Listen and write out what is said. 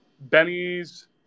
Benny's